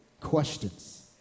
questions